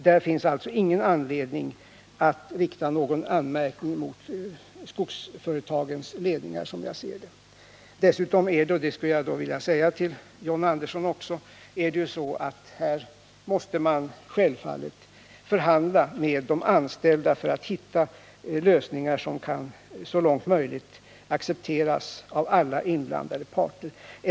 Därvidlag finns det alltså, som jag ser det, ingen anledning att rikta någon anmärkning mot skogsföretagens ledningar. ssutom måste man självfallet — det vill jag säga till John Andersson — förhandla med de anställda för att finna lösningar som så långt möjligt kan accepteras av alla inblandade parter.